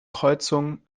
kreuzung